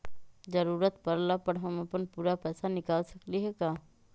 जरूरत परला पर हम अपन पूरा पैसा निकाल सकली ह का?